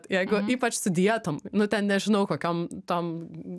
jeigu ypač su dietom nu ten nežinau kokiom tom